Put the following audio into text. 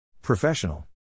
Professional